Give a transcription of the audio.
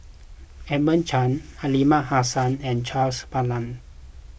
Edmund Chen Aliman Hassan and Charles Paglar